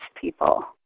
people